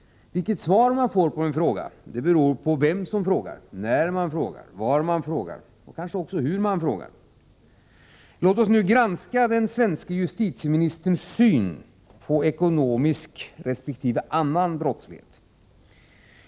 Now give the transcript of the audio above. Vilket svar man får på en fråga beror på vem som frågar, när man frågar, var man frågar, och kanske också hur man frågar. Låt oss nu granska den svenske justitieministerns syn på ekonomisk resp. annan brottslighet.